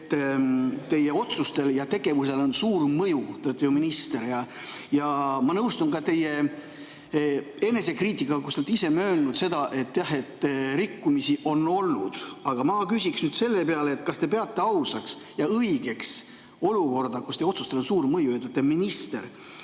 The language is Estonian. et teie otsustel ja tegevusel on suur mõju – te olete ju minister. Ja ma nõustun ka teie enesekriitikaga. Te olete ise möönnud, et jah, rikkumisi on olnud. Aga ma küsiks nüüd selle peale, kas te peate ausaks ja õigeks olukorda, kus teie otsustel on suur mõju, ent te jätkate ministri